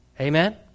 Amen